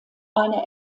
eine